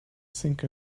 sink